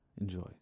Enjoy